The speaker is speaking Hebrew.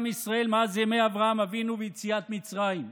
ישראל מאז ימי אברהם אבינו ויציאת מצרים.